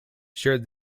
shared